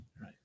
right